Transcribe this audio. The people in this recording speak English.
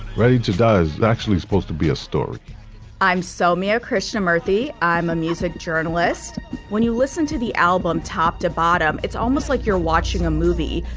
ready to does actually supposed to be a story i'm so mia krishnamurthy. i'm a music journalist when you listen to the album top to bottom it's almost like you're watching a movie.